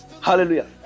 Hallelujah